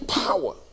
power